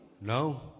No